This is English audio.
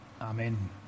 Amen